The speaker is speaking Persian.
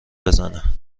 بزنه